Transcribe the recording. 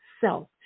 self